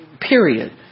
period